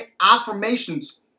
affirmations